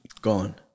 gone